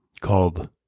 called